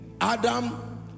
Adam